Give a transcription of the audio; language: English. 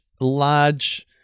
large